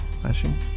Flashing